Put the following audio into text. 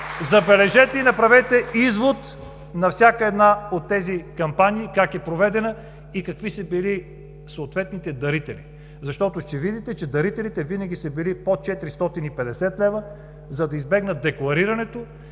забележете и направете извод на всяка една от тези кампании как е проведена и какви са били съответните дарители. Защото ще видите, че дарителите винаги са били под 450 лв., за да избегнат декларирането